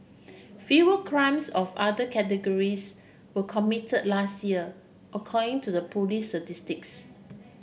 fewer crimes of other categories were committed last year according to the police's statistics